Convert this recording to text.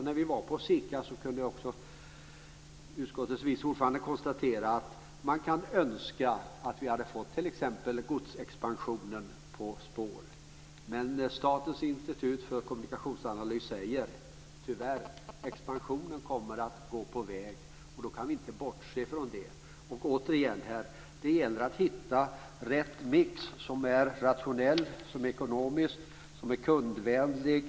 När vi var hos SIKA kunde också utskottets vice ordförande konstatera att man kunde önska att vi hade fått t.ex. godsexpansionen på spår. Men Statens institut för kommunikationsanalys säger: Tyvärr, expansionen kommer att gå på väg. Då kan vi inte bortse från det. Återigen: Det gäller att hitta rätta mixen - innebärande att det är rationellt, ekonomiskt och kundvändligt.